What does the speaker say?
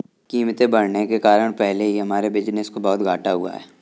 कीमतें बढ़ने के कारण पहले ही हमारे बिज़नेस को बहुत घाटा हुआ है